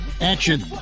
action